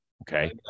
okay